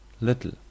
little